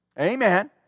Amen